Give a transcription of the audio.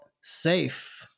safe